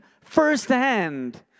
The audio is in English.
firsthand